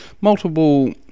multiple